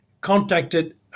contacted